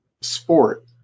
sport